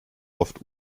oft